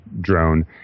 drone